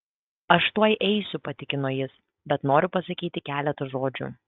aš tuoj eisiu patikino jis bet noriu pasakyti keletą žodžių